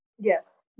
Yes